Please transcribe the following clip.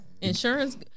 Insurance